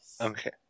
Okay